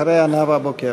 אחריה, נאוה בוקר.